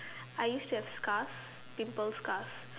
I used to have scars pimple scars